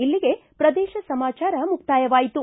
ಇಲ್ಲಿಗೆ ಪ್ರದೇಶ ಸಮಾಚಾರ ಮುಕ್ತಾಯವಾಯಿತು